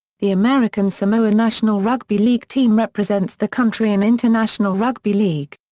the american samoa national rugby league team represents the country in international rugby league.